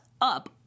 up